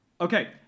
Okay